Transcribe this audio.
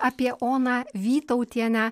apie oną vytautienę